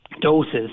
doses